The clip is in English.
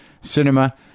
cinema